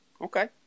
Okay